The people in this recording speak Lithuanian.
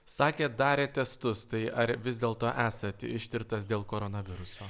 sakėt darė testus tai ar vis dėlto esat ištirtas dėl koronaviruso